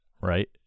right